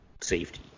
safety